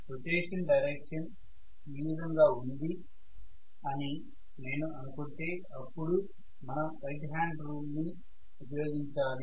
rotation direction ఈ విధంగా ఉంది అని నేను అనుకుంటే అపుడు మనం రైట్ హ్యాండ్ రూల్ ని ఉపయోగించాలి